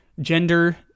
gender